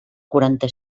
quaranta